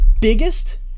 biggest